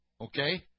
okay